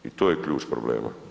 I to je ključ problema.